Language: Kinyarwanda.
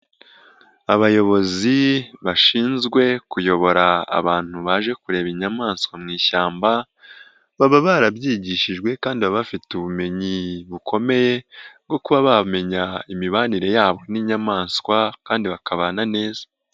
Abayobozi bashinzwe kuyobora abantu baje kureba inyamaswa mu ishyamba baba barabyigishijwe kandi bafite ubumenyi bukomeye bwo kuba bamenya imibanire yabo n'inyamaswa kandi bakabana neza.